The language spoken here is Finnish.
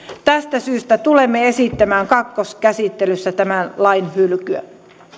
tästä syystä tulemme esittämään kakkoskäsittelyssä tämän lain hylkyä